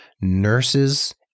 nurses